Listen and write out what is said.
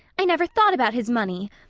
i never thought about his money.